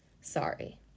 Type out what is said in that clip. sorry